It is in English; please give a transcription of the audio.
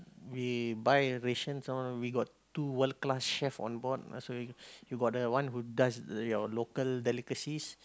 we buy rations all we got two world class chef on board so you you got the one who does your local delicacies